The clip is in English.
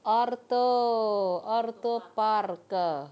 ORTO ORTO park